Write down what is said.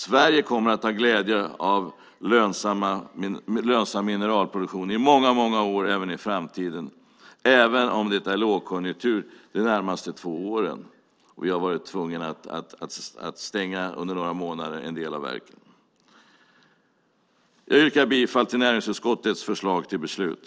Sverige kommer att ha glädje av lönsam mineralproduktion i många år i framtiden, även om det är lågkonjunktur de närmaste två åren och vi har varit tvungna att stänga en del av verken under några månader. Jag yrkar bifall till näringsutskottets förslag till beslut.